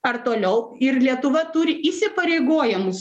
ar toliau ir lietuva turi įsipareigojamus